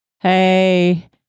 Hey